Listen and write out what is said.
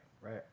Right